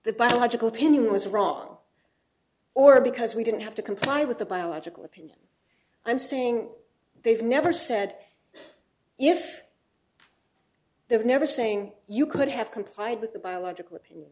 the biological opinion was wrong or because we didn't have to comply with the biological opinion i'm saying they've never said if they were never saying you could have complied with the biological opinion